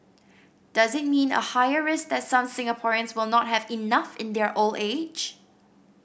does it mean a higher risk that some Singaporeans will not have enough in their old age